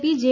P J